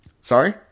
Sorry